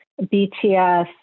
BTS